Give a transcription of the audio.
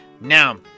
Now